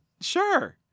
sure